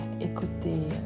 écouter